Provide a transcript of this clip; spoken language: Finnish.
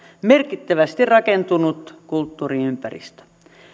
merkittävästi rakentunut kulttuuriympäristö